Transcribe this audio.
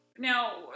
Now